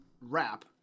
wrap